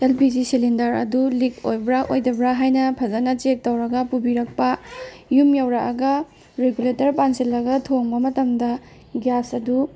L P G cylinder ꯑꯗꯨ leak ꯑꯣꯏꯕ꯭ꯔꯥ ꯑꯣꯏꯗꯕ꯭ꯔꯥ ꯍꯥꯏꯅ ꯐꯖꯅ ꯆꯦꯛ ꯇꯧꯔꯒ ꯄꯨꯕꯤꯔꯛꯄ ꯌꯨꯝ ꯌꯧꯔꯛꯑꯒ ꯔꯤꯒꯨꯂꯦꯇꯔ ꯄꯥꯟꯁꯤꯜꯂꯒ ꯊꯣꯡꯕ ꯃꯇꯝꯗ ꯒ꯭ꯌꯥꯁ ꯑꯗꯨ